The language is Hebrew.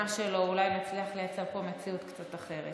שלו אולי נצליח לייצר פה מציאות קצת אחרת.